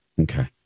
Okay